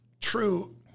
true